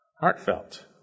Heartfelt